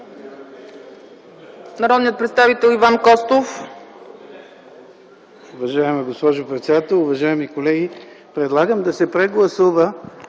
народният представител Иван Вълков.